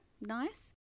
Nice